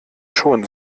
schon